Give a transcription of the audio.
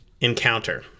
encounter